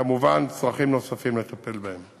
כמובן צרכים נוספים לטפל בהם.